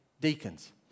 deacons